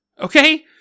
Okay